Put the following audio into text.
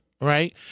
right